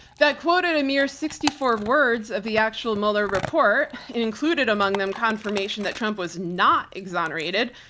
that quoted a mere sixty four words of the actual mueller report. included among them confirmation that trump was not exonerated.